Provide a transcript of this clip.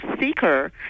seeker